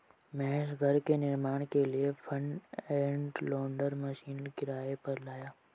महेश घर के निर्माण के लिए फ्रंट एंड लोडर मशीन किराए पर लाया